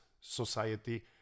society